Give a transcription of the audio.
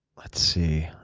let's see.